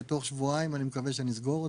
תוך שבועיים אני מקווה שנסגור אותו.